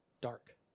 dark